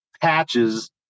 patches